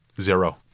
zero